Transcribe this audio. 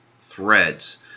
threads